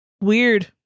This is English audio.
weird